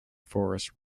forest